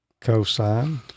Cosine